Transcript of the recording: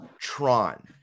Tron